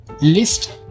List